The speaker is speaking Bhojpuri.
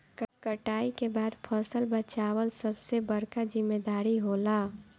कटाई के बाद फसल बचावल सबसे बड़का जिम्मेदारी होला